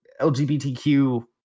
LGBTQ